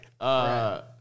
Right